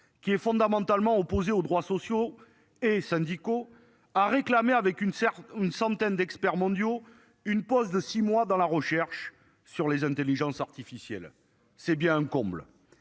qui est fondamentalement opposé aux droits sociaux et syndicaux à réclamer avec une certaine, une centaine d'experts mondiaux. Une pause de six mois dans la recherche sur les intelligences artificielles, c'est bien un comble